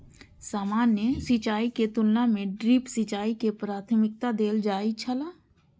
सामान्य सिंचाई के तुलना में ड्रिप सिंचाई के प्राथमिकता देल जाय छला